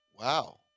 Wow